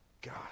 God